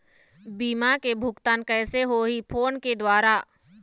बीमा के भुगतान कइसे होही फ़ोन के द्वारा?